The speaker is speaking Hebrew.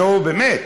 נו, באמת.